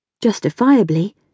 justifiably